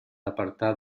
apartar